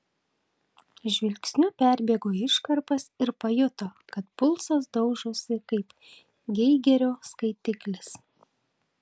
žvilgsniu perbėgo iškarpas ir pajuto kad pulsas daužosi kaip geigerio skaitiklis